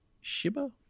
Shiba